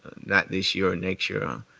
not this year or next year, um